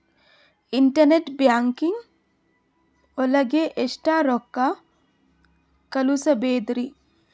Internet banking ಒಳಗೆ ಎಷ್ಟ್ ರೊಕ್ಕ ಕಲ್ಸ್ಬೋದ್ ರಿ?